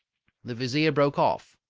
the vizier broke off.